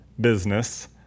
business